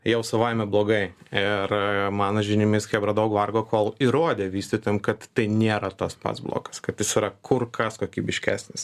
jau savaime blogai ir mano žiniomis chebra daug vargo kol įrodė vystytojam kad tai nėra tas pats blokas kad jis yra kur kas kokybiškesnis